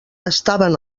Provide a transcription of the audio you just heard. estaven